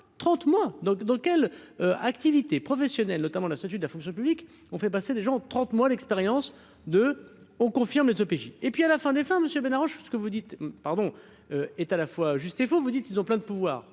30 mois donc dans quelle activité professionnelle notamment la statut de la fonction publique, on fait passer des gens 30 mois l'expérience de on confirme OPJ et puis à la fin des fins, monsieur Ben arrange ce que vous dites, pardon, est à la fois juste et vous vous dites, ils ont plein de pouvoir